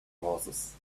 horses